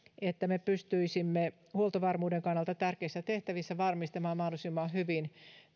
että me pystyisimme huoltovarmuuden kannalta tärkeissä tehtävissä varmistamaan mahdollisimman hyvin